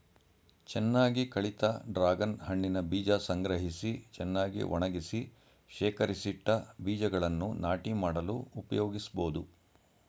ಚೆನ್ನಾಗಿ ಕಳಿತ ಡ್ರಾಗನ್ ಹಣ್ಣಿನ ಬೀಜ ಸಂಗ್ರಹಿಸಿ ಚೆನ್ನಾಗಿ ಒಣಗಿಸಿ ಶೇಖರಿಸಿಟ್ಟ ಬೀಜಗಳನ್ನು ನಾಟಿ ಮಾಡಲು ಉಪಯೋಗಿಸ್ಬೋದು